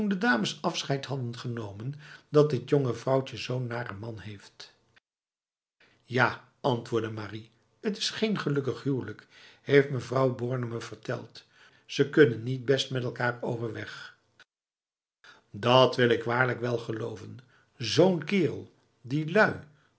de dames afscheid hadden genomen dat dit jonge vrouwtje zo'n nare man heeftf ja antwoordde marie het is geen gelukkig huwelijk heeft mevrouw borne me verteld ze kunnen niet best met elkaar overweg dat wil ik waarlijk wel geloven zo'n kerel die